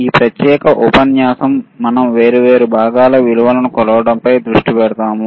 ఈ ప్రత్యేకమైన ఉపన్యాసం మనం వేర్వేరు భాగాల విలువలను కొలవడంపై దృష్టి పెడుతున్నాము